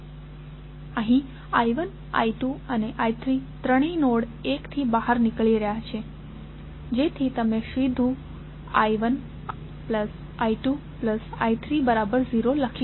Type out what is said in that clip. અહીંI1 I2 અને I3 ત્રણેય node 1 ની બહાર નીકળી રહ્યા છે જેથી તમે સીધું I1I2I30 લખી શકો